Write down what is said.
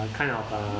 uh kind of uh